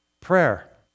prayer